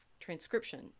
transcription